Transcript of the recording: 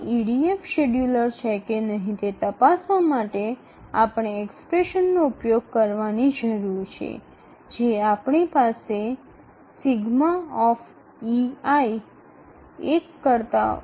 આ EDF scheduler છે કે નહીં તે તપાસવા માટે આપણે એક્સપ્રેશનનો ઉપયોગ કરવાની જરૂર છે જે આપણી પાસે ∑≤1 છે